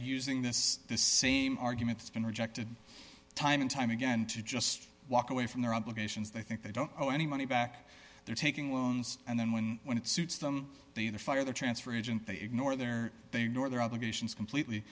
using this the same arguments been rejected time and time again to just walk away from their obligations they think they don't owe any money back they're taking loans and then when when it suits them they the fire the transfer agent they ignore their they ignore their obligations completely